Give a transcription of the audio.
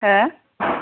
हो